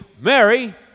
Mary